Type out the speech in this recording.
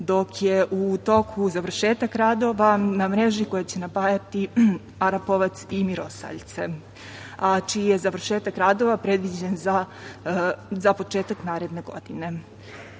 dok je u toku završetak radova na mreži koja će napajati Arapovac i Mirosaljce, a čiji je završetak radova predviđen za početak naredne godine.